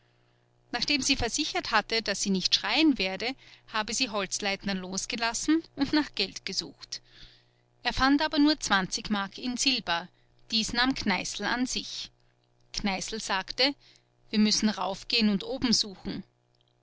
nachdem sie versichert hatte daß sie nicht schreien werde habe sie holzleitner losgelassen und nach geld gesucht er fand aber nur m in silber dies nahm kneißl an sich kneißl sagte wir müssen raufgehen und oben suchen